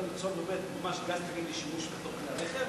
גז טבעי לשימוש כלי הרכב,